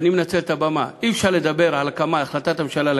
ואני מנצל את הבמה: אי-אפשר לדבר על החלטת הממשלה על